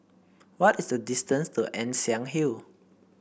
what is the distance to Ann Siang Hill